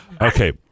Okay